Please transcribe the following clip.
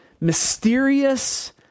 mysterious